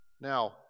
now